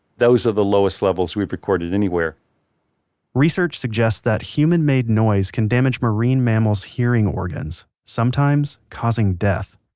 those are the lowest levels we've recorded anywhere research suggests that human-made noise can damage marine mammals hearing organs, sometimes causing death.